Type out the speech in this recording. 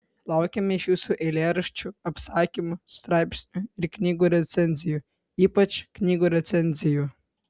laukiame iš jūsų eilėraščių apsakymų straipsnių ir knygų recenzijų ypač knygų recenzijų